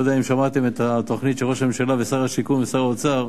אני לא יודע אם שמעתם את התוכנית של ראש הממשלה ושר השיכון ושר האוצר.